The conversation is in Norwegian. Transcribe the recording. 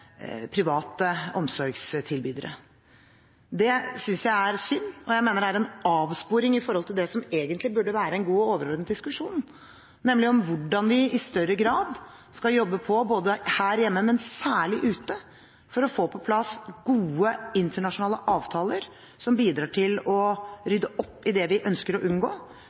private omsorgstilbydere. Det synes jeg er synd, og jeg mener det er en avsporing i forhold til det som egentlig burde være en god og overordnet diskusjon, nemlig om hvordan vi i større grad skal jobbe – både her hjemme og særlig ute – for å få på plass gode internasjonale avtaler som bidrar til å rydde opp i det vi ønsker å unngå,